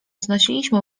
znosiliśmy